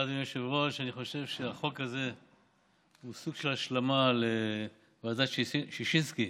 אני חושב שהחוק הזה הוא סוג של השלמה לוועדת ששינסקי,